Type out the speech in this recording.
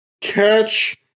catch